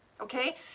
okay